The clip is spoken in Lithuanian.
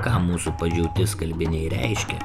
ką mūsų padžiauti skalbiniai reiškia